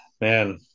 Man